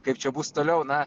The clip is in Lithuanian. kaip čia bus toliau na